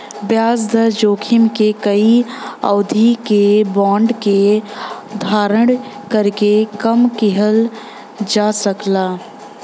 ब्याज दर जोखिम के कई अवधि के बांड के धारण करके कम किहल जा सकला